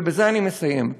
ובזה אני מסיים,